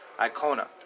Icona